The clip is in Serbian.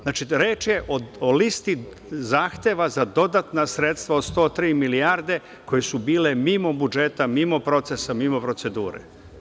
Znači, reč je o listi zahteva za dodatna sredstva od 103 milijarde, koje su bile mimo budžeta, mimo procesa, mimo procedure.